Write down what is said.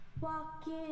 Walking